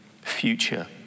future